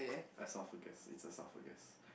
esophagus is esophagus